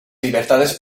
libertades